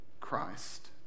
Christ